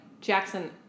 Jackson